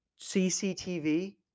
CCTV